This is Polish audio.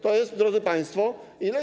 To jest, drodzy państwo, ile?